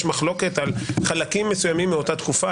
מחלוקת על חלקים מסוימים מאותה תקופה,